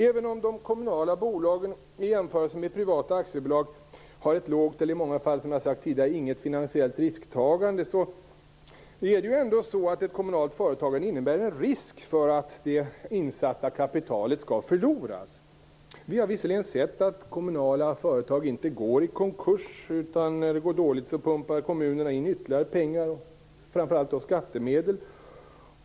Även om de kommunala bolagen, i jämförelse med privata aktiebolag, har ett lågt eller i många fall, som jag tidigare har sagt, inget finansiellt risktagande, kan ändå ett kommunalt företag innebära en risk för att det insatta kapitalet skall förloras. Vi har visserligen sett att kommunala företag inte går i konkurs, utan när det går dåligt pumpar kommunerna in ytterligare pengar, framför allt skattemedel.